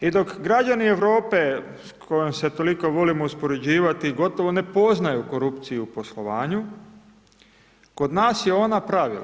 I dok građani Europe s kojom se toliko volimo uspoređivati gotovo ne poznaju korupciju u poslovanju kod nas je ona pravilo.